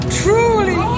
truly